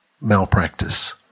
malpractice